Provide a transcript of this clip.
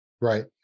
right